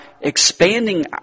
expanding